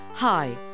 Hi